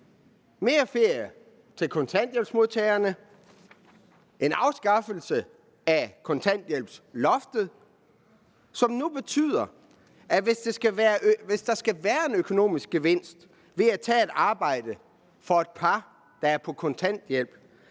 mere ferie til kontanthjælpsmodtagerne, en afskaffelse af kontanthjælpsloftet, som nu betyder, at hvis der skal være en økonomisk gevinst ved at tage et arbejde for et par, der er på kontanthjælp,